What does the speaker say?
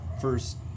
first